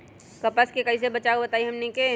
कपस से कईसे बचब बताई हमनी के?